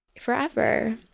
forever